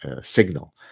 signal